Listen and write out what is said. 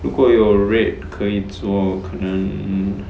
如果有 red 可以做可能